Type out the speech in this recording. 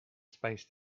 spaced